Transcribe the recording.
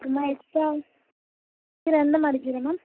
அப்புறமா எக்ஸ்ட்ரா கீரை எந்த மாதிரி கீரை மேம்